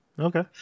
Okay